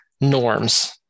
norms